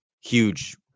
huge